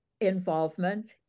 involvement